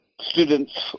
students